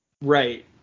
Right